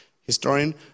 historian